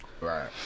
right